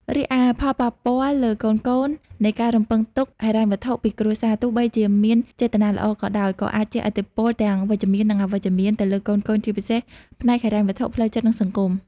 រីឯ ផលប៉ះពាល់លើកូនៗនៃការរំពឹងទុកហិរញ្ញវត្ថុពីគ្រួសារ ទោះបីជាមានចេតនាល្អក៏ដោយ ក៏អាចជះឥទ្ធិពលទាំងវិជ្ជមាន និងអវិជ្ជមានទៅលើកូនៗ ជាពិសេសផ្នែកហិរញ្ញវត្ថុ ផ្លូវចិត្ត និងសង្គម។